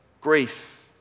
Grief